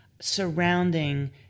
surrounding